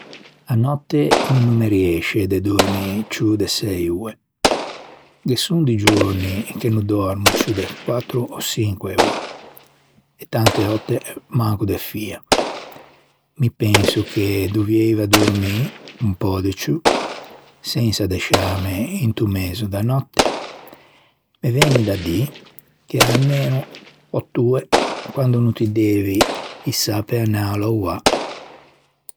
À nòtte no me riësce de dormî ciù de sëi oe. Ghe son di giorni che no dòrmo ciù de quattro ò çinque oe e tante òtte manco de fia. Mi penso che dovieiva dormî un pö de ciù sensa addesciâme into mezo da nòtte. Me vëgne da dî che armeno eutt'oe quando no ti devi ïsâ pe anâ à louâ.